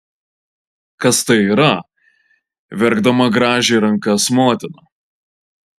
kas tai yra verkdama grąžė rankas motina